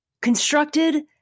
constructed